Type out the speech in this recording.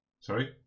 Sorry